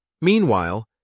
Meanwhile